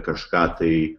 kažką tai